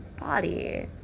body